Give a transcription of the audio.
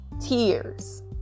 tears